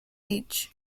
each